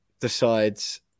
decides